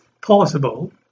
possible